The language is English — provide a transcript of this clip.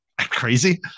crazy